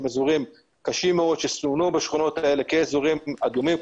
אזורים קשים מאוד שסומנו בשכונות כאזורים אדומים,